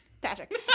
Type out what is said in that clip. patrick